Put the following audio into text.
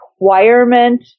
requirement